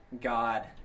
God